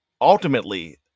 Ultimately